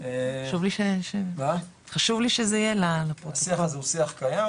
חשוב לי שזה יהיה --- השיח הזה הוא שיח קיים,